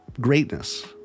greatness